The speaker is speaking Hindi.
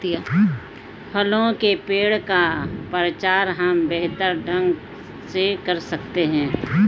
फलों के पेड़ का प्रचार हम बेहतर ढंग से कर सकते हैं